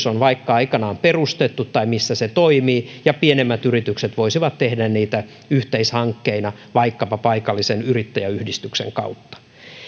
on aikanaan perustettu tai missä se toimii ja pienemmät yritykset voisivat tehdä niitä yhteishankkeina vaikkapa paikallisen yrittäjäyhdistyksen kautta